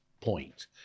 point